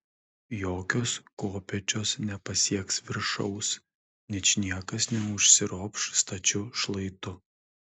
jokios kopėčios nepasieks viršaus ničniekas neužsiropš stačiu šlaitu